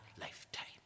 lifetime